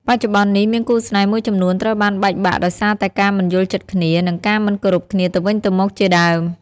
បច្ចុប្បន្ននេះមានគូរស្នេហ៍មួយចំនួនត្រូវបានបែកបាក់ដោយសារតែការមិនយល់ចិត្តគ្នា និងការមិនគោរពគ្នាទៅវិញទៅមកជាដើម។